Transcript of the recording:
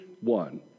one